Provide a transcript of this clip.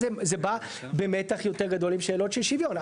זה בא במתח יותר גדול עם שאלות של שוויון.